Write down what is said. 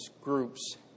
groups